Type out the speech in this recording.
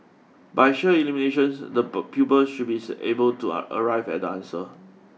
by sheer elimination the pupils should be able to arrive at the answer